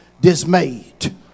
dismayed